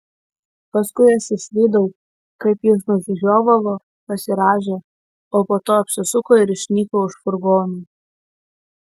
paskui aš išvydau kaip jis nusižiovavo pasirąžė o po to apsisuko ir išnyko už furgonų